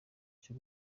cyo